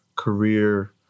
career